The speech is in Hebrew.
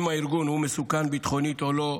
אם הארגון מסוכן ביטחונית או לא.